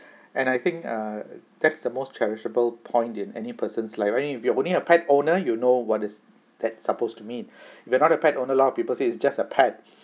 and I think err that is the most charitable point in any persons life I mean you are only a pet owner you know what is that supposed to mean if you're not a pet owner a lot of people say it's just a pet